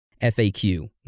FAQ